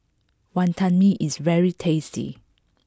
Wantan Mee is very tasty